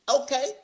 Okay